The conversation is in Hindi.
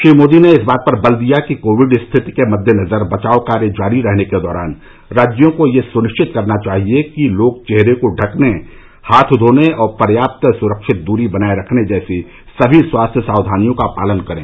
श्री मोदी ने इस बात पर बल दिया कि कोविड स्थिति के मद्देनजर बचाव कार्य जारी रहने के दौरान राज्यों को यह सुनिश्चित करना चाहिए कि लोग चेहरे को ढकने हाथ धोने और पर्याप्त सुरक्षित दूरी बनाए रखने जैसी सभी स्वास्थ्य सावधानियों का पालन करें